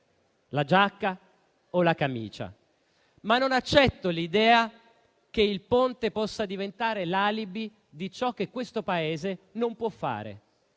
la giacca o la camicia. Non accetto però l'idea che il Ponte possa diventare l'alibi di ciò che il Paese non può fare,